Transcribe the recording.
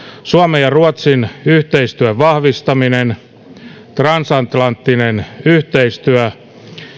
suomen ja ruotsin yhteistyön vahvistaminen transatlanttinen yhteistyö